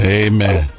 amen